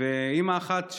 אימא אחת,